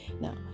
now